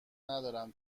ندارم